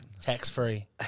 Tax-free